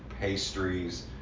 pastries